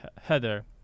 Heather